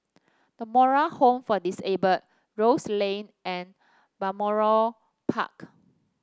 The Moral Home for Disabled Rose Lane and Balmoral Park